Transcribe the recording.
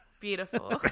Beautiful